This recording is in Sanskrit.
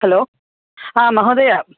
हलो हा महोदय